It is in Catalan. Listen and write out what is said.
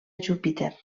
júpiter